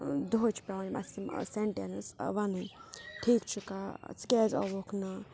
دۄہے چھِ پٮ۪وان یِم اَسہِ یِم سٮ۪نٛٹٮ۪نٕس وَنٕنۍ ٹھیٖک چھُکھاہ ژٕ کیٛازِ آوُکھ نہٕ